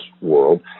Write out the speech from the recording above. world